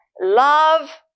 love